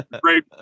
great